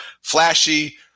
flashy